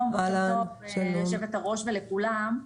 בוקר טוב ליושבת-הראש ולכולם.